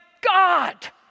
God